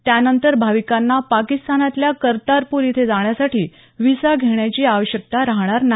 त्यानंतर भाविकांना पाकिस्तानातल्या कर्तारपूर इथं जाण्यासाठी व्हिसा घेण्याची आवश्यकता राहणार नाही